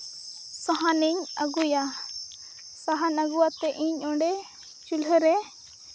ᱥᱟᱦᱟᱱᱤᱧ ᱟᱹᱜᱩᱭᱟ ᱥᱟᱦᱟᱱ ᱟᱹᱜᱩ ᱠᱟᱛᱮᱫ ᱤᱧ ᱚᱸᱰᱮ ᱪᱩᱞᱦᱟᱹ ᱨᱮ